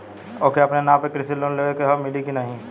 ओके अपने नाव पे कृषि लोन लेवे के हव मिली की ना ही?